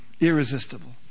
Irresistible